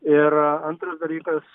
ir antras dalykas